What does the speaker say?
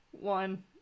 one